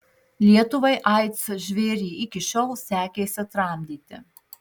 lietuvai aids žvėrį iki šiol sekėsi tramdyti